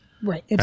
Right